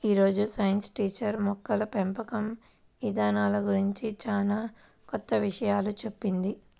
యీ రోజు science teacher మొక్కల పెంపకం ఇదానాల గురించి చానా కొత్త విషయాలు చెప్పింది